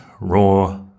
raw